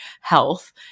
health